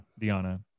Diana